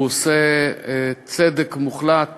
הוא עושה צדק מוחלט